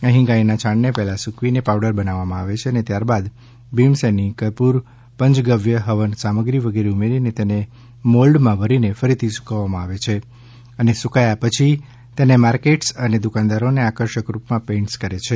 અહીં ગાયના છાણને પહેલા સૂકવીને પાવડર બનાવવામાં આવે છે અને ત્યારબાદ ભીમસેની કર્પૂર પંચગવ્ય હવન સામગ્રી વગેરે ઉમેરીને તેને મોલ્ડમાં ભરીને ફરીથી સૂકવવામાં આવે છે અને સૂકાયા પછી તેમને માર્કેટર્સ અને દુકાનદારોને આકર્ષક રૂપમાં પેઇન્ટ કરે છે